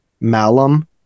Malum